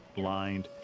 blind,